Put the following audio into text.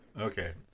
Okay